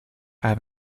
have